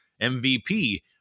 MVP